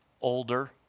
older